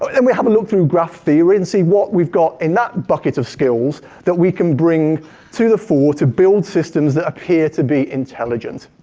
and we'll have a look through graph theory and see what we've got in that bucket of skills that we can bring to the floor to build systems that appear to be intelligent.